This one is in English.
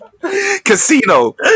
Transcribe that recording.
Casino